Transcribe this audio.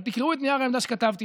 אבל תקראו את נייר העמדה שכתבתי.